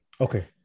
Okay